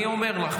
אני אומר לך,